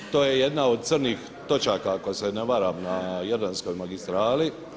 To je jedna od crnih točaka ako se ne varam na Jadranskoj magistrali.